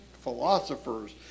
philosophers